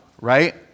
right